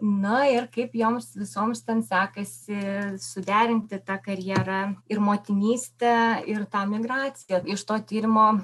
na ir kaip joms visoms ten sekasi suderinti tą karjerą ir motinystę ir tą migraciją iš to tyrimo